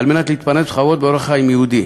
כדי להתפרנס בכבוד באורח חיים יהודי.